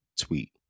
tweet